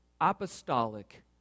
apostolic